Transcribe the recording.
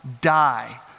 die